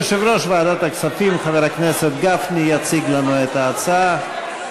יושב-ראש ועדת הכספים חבר הכנסת גפני יציג לנו את ההצעה.